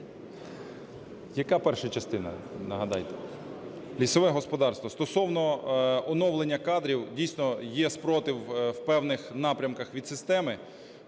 Яка перша частина, нагадайте? Лісове господарство. Стосовно оновлення кадрів дійсно є супротив в певних напрямках від системи.